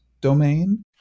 domain